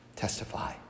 testify